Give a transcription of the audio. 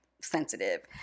sensitive